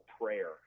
prayer